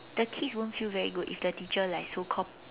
the kids won't feel very good if the teacher like so called